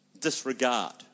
Disregard